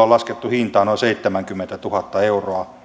on laskettu hinnaksi noin seitsemänkymmentätuhatta euroa